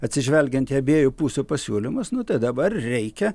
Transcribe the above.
atsižvelgiant į abiejų pusių pasiūlymus nu tai dabar reikia